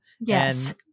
Yes